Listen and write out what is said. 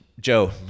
Joe